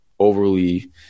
overly